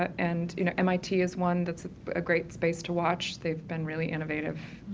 and you know mit is one that's a great space to watch, they've been really innovative,